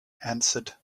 answered